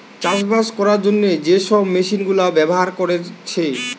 চাষবাস কোরার জন্যে যে সব মেশিন গুলা ব্যাভার কোরছে